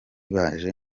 baje